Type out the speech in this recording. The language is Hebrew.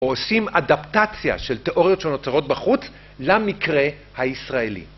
או עושים אדפטציה של תיאוריות שנוצרות בחוץ למקרה הישראלי.